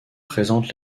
présentent